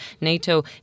NATO